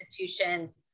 institutions